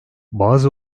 bazı